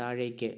താഴേക്ക്